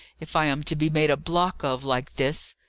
if i am to be made a block of, like this!